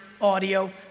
audio